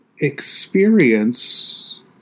experience